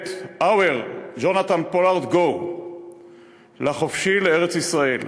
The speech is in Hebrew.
Let our Jonathan Pollard go לחופשי לארץ-ישראל.